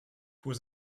was